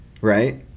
right